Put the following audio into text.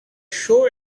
show